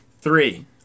Three